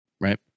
Right